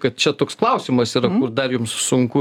kad čia toks klausimas ir dar jums sunku r